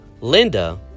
linda